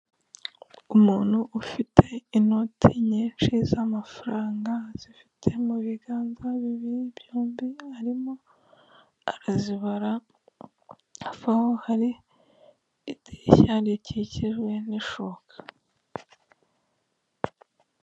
Umuntu ufite inoti nyinshi z'amafaranga azifite mu biganza bibiri byombi arimo arazibara aho hari idirishya rikikijwe n'ishuka.